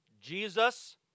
Jesus